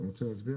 אני צריך להסביר?